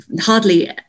hardly